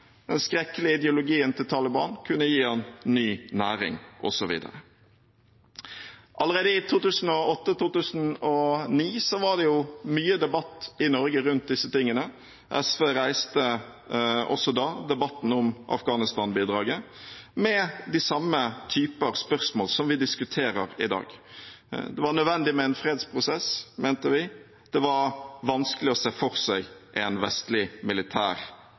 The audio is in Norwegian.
til Taliban, kunne gi den ny næring, osv. Allerede i 2008–2009 var det mye debatt i Norge rundt disse tingene. SV reiste også da debatten om Afghanistan-bidraget, med de samme typer spørsmål som vi diskuterer i dag. Det var nødvendig med en fredsprosess, mente vi. Det var vanskelig å se for seg en vestlig militær